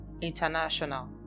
International